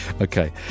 Okay